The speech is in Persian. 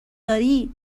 داری